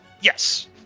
Yes